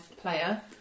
player